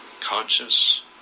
Conscious